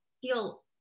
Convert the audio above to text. feel